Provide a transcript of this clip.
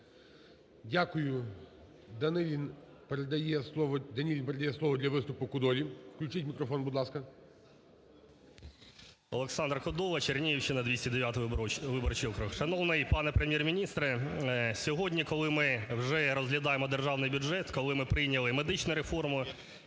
Дякую. Данілін передає слово для виступу Кодолі. Включіть мікрофон, будь ласка. 10:56:29 КОДОЛА О.М. Олександр Кодола, Чернігівщина, 209 виборчий округ. Шановний пане Прем'єр-міністре, сьогодні, коли ми вже розглядаємо державний бюджет, коли ми прийняли медичну реформу,